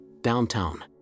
downtown